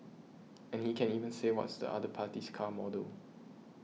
and he can even say what's the other party's car model